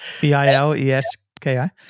B-I-L-E-S-K-I